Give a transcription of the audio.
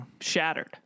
shattered